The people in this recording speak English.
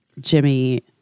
Jimmy